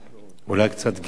אולי קצת גזעני,